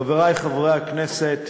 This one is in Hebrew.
חברי חברי הכנסת,